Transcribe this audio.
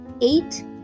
eight